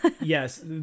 Yes